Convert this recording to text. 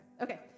Okay